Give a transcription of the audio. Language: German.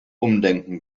umdenken